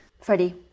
Freddie